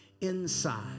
inside